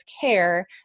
care